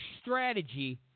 strategy